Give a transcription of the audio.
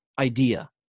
idea